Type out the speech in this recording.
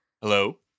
Hello